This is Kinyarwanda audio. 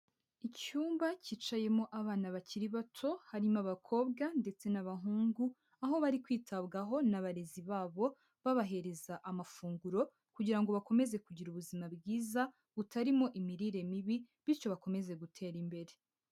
Icyumba cyicayemo abana bakiri bato, harimo abakobwa ndetse n'abahungu, aho bari kwitabwaho n'abarezi babo babahereza amafunguro kugira ngo bakomeze kugira ubuzima bwiza butarimo imirire mibi, bityo bakomeze gutera imbere.